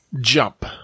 jump